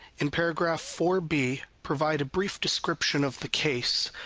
in paragraph four b, provide a brief description of the case,